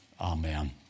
Amen